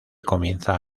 comienza